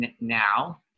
now